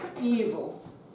evil